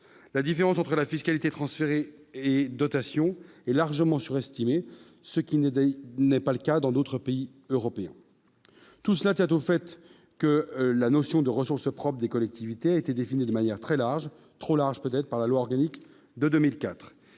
la différence entre la fiscalité transférée et dotation est largement surestimé, ce qui n'est d'ailleurs n'est pas le cas dans d'autres pays européens, tout cela tient au fait que la notion de ressources propres des collectivités a été défini de manière très large, trop large, peut-être par la loi organique de 2004,